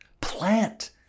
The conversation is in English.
plant